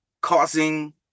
causing